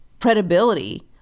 credibility